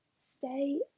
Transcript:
stay